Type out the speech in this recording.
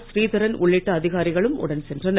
ஸ்ரீதரன் உள்ளிட்ட அதிகாரிகளும் உடன் சென்றனர்